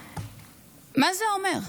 מה זה אומר?